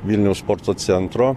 vilniaus sporto centro